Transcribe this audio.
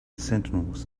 sentinels